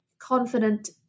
confident